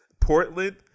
Portland